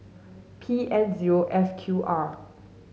P N zero F Q R